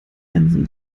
jansen